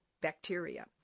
bacteria